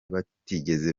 batigeze